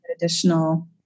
additional